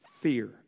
fear